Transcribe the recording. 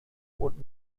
und